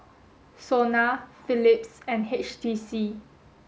SONA Philips and H T C